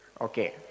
okay